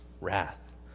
wrath